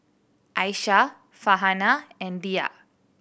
Aisyah Farhanah and Dhia